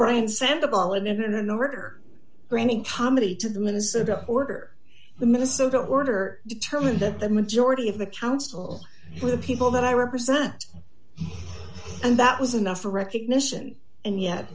order granting comedy to the minnesota order the minnesota order determined that the majority of the counsel for the people that i represent and that was enough for recognition and yet